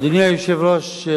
אדוני היושב-ראש,